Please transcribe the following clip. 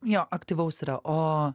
jo aktyvaus yra o